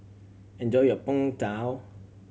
enjoy your Png Tao